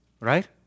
right